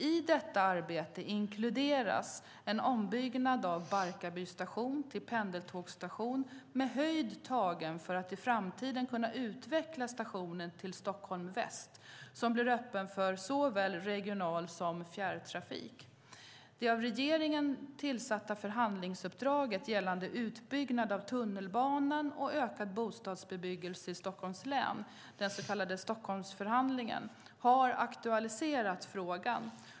I detta arbete inkluderas en ombyggnad av Barkarby station till pendeltågsstation med höjd tagen för att i framtiden kunna utveckla stationen till Stockholm väst, som blir öppen för såväl regionaltrafik som fjärrtrafik. Det av regeringen tillsatta förhandlingsuppdraget gällande utbyggnad av tunnelbanan och ökad bostadsbebyggelse i Stockholms län, den så kallade Stockholmsförhandlingen, har aktualiserat frågan.